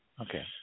Okay